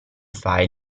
file